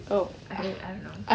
oh I I don't know